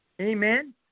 amen